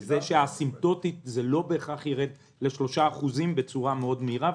על כך שא-סימפטוטית זה לא בהכרח יירד ל-3% בצורה מאוד מהירה,